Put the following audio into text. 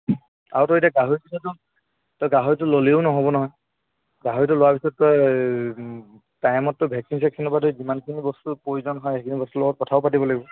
আৰু তই এতিয়া গাহৰিটো তইতো তই গাহৰিটো ল'লেও নহ'ব নহয় গাহৰিটো লোৱাৰ পিছত তই টাইমত তই ভেকচিন চেকচিনৰপৰা ধৰি যিমানখিনি বস্তুৰ প্ৰয়োজন হয় সেইখিনি বস্তুৰ লগত কথাও পাতিব লাগিব